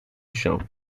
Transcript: chão